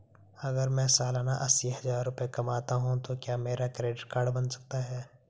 अगर मैं सालाना अस्सी हज़ार रुपये कमाता हूं तो क्या मेरा क्रेडिट कार्ड बन सकता है?